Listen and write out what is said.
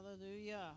Hallelujah